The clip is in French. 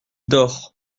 dort